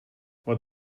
what